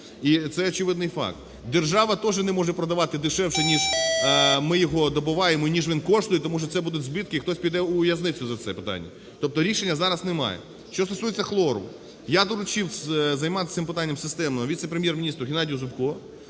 і це очевидний факт. Держава тоже не може продавати дешевше, ніж ми його добуваємо, ніж він коштує, тому що це будуть збитки і хтось піде у в'язницю за це питання. Тобто рішення зараз немає. Що стосується хлору. Я доручив займатися цим питанням системно віце-прем’єр-міністру Геннадію Зубку.